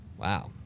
Wow